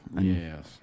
Yes